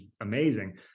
amazing